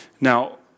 Now